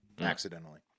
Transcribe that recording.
accidentally